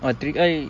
uh trick eye